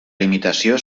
limitació